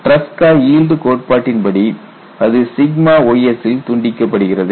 டிரஸ்கா yield கோட்பாட்டின்படி அது ys ல் துண்டிக்கப்படுகிறது